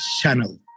channel